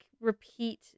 repeat